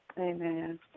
amen